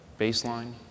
baseline